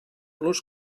los